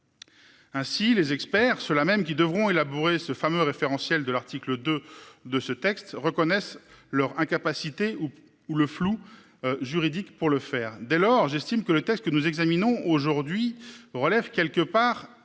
Ainsi, les experts, ceux-là mêmes qui devront élaborer ce fameux référentiel de l'article de de ce texte reconnaissent leur incapacité ou ou le flou. Juridique pour le faire dès lors j'estime que le texte que nous examinons aujourd'hui relève quelque part